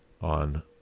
on